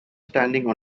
standing